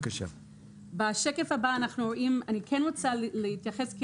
אני רוצה להתייחס לשקף הבא,